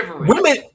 women